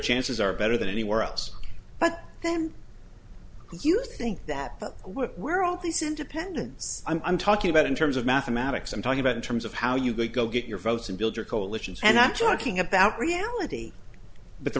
chances are better than anywhere else but then you think that where all this independence i'm talking about in terms of mathematics i'm talking about in terms of how you go get your votes and build your coalitions and i'm talking about reality but the